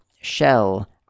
shell